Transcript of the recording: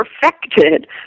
perfected